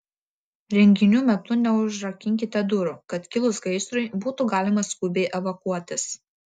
renginių metu neužrakinkite durų kad kilus gaisrui būtų galima skubiai evakuotis